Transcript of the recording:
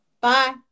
bye